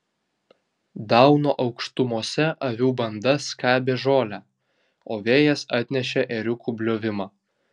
dauno aukštumose avių banda skabė žolę o vėjas atnešė ėriukų bliovimą